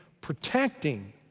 protecting